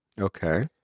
Okay